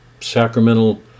sacramental